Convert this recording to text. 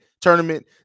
tournament